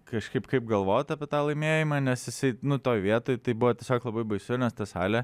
kažkaip kaip galvot apie tą laimėjimą nes jisai nu toj vietoj tai buvo tiesiog labai baisu nes ta salė